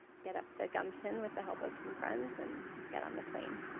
get up the gumption with the help of some friends and get on the airplane.